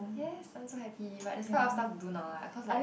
yes it sounds lucky but this kind of stuff do not lah cause like